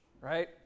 right